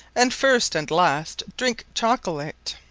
and first and last drinke chocolate.